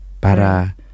para